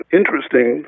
interesting